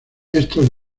estos